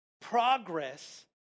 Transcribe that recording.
progress